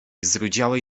zrudziałej